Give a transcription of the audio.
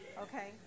Okay